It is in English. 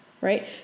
Right